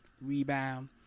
rebound